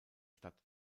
stadt